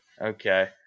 okay